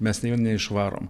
mes nė vieno neišvarom